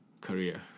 career